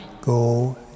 Go